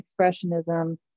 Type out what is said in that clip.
expressionism